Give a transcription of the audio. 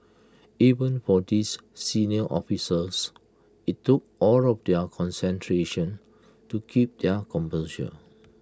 even for these senior officers IT took all of their concentration to keep their composure